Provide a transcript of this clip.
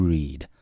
Read 》 。